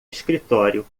escritório